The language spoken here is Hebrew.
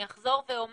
אני אחזור ואומר,